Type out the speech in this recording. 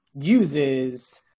uses